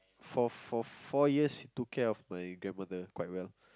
for for four years she took care of my grandmother quite well